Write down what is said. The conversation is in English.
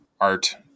art